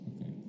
Okay